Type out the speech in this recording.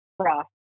cross